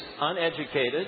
uneducated